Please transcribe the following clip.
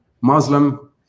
Muslim